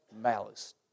malice